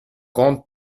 grande